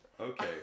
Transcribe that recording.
Okay